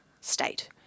state